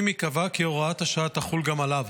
אם ייקבע כי הוראת השעה תחול גם עליו.